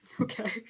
okay